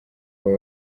kuba